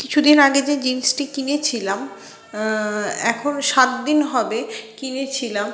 কিছু দিন আগে যে জিনসটি কিনেছিলাম এখনো সাত দিন হবে কিনেছিলাম